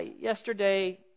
yesterday